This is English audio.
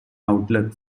outlet